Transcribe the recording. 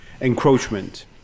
encroachment